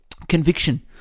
Conviction